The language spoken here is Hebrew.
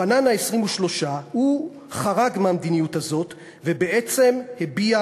יוחנן ה-23 חרג מהמדיניות הזאת ובעצם הביע